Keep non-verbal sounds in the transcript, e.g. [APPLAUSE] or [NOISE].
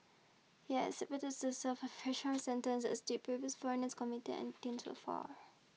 he is expected so serve a fraction sentence as did previous foreigners convicted [NOISE] detained far